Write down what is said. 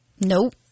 Nope